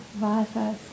vasas